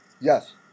Yes